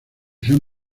sean